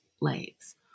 legs